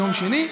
ביום שני.